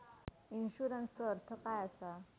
इन्शुरन्सचो अर्थ काय असा?